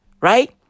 Right